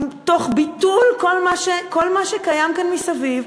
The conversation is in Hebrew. תוך ביטול כל מה שקיים כאן מסביב?